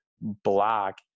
block